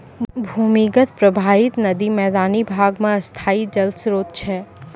भूमीगत परबाहित नदी मैदानी भाग म स्थाई जल स्रोत छै